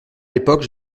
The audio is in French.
l’époque